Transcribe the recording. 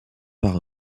par